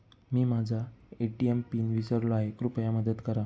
मी माझा ATM pin विसरलो आहे, कृपया मदत करा